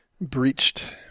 breached